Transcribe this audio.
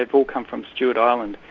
have all come from stewart island.